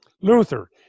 Luther